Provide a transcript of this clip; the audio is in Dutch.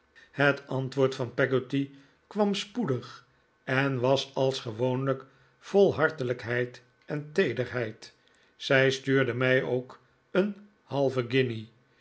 het antwoord van peggotty kwam spoedig en was als gewoonlijk vol hartelijkheid en teederheid zij stuurde mij ook een halve